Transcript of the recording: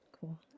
Cool